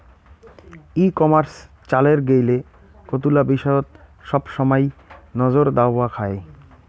ই commerce চালের গেইলে কতুলা বিষয়ত সবসমাই নজর দ্যাওয়া খায়